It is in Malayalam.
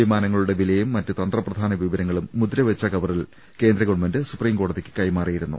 വിമാനങ്ങളുടെ വിലയും മറ്റു തന്ത്രപ്രധാന വിവരങ്ങളും മുദ്രവച്ച കവറിൽ കേന്ദ്ര ഗവൺമെൻറ് സുപ്രീംകോടതിക്ക് കൈമാറിയിരുന്നു